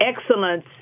excellence